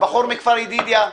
הבחור מכפר ידידיה,